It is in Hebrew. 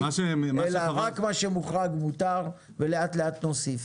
אלא רק מה שמוחרג מותר ולאט לאט נוסיף.